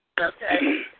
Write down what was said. Okay